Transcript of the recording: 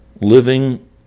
living